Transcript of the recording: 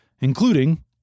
including